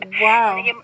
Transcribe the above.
Wow